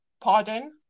pardon